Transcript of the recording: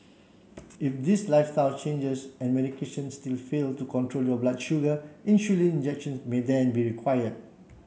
if these lifestyle changes and medication still fail to control your blood sugar insulin injections may then be required